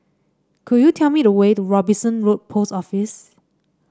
could you tell me the way to Robinson Road Post Office